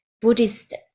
buddhist